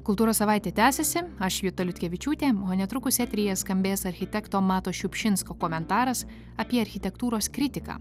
kultūros savaitė tęsiasi aš juta liutkevičiūtė o netrukus eteryje skambės architekto mato šiupšinsko komentaras apie architektūros kritiką